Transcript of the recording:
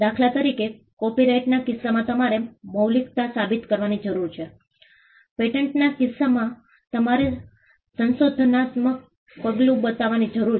દાખલા તરીકે કોપીરાઇટના કિસ્સામાં તમારે મૌલિકતા સાબિત કરવાની જરૂર છે પેટન્ટના કિસ્સામાં તમારે સંશોધનાત્મક પગલું બતાવવાની જરૂર છે